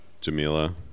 Jamila